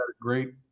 great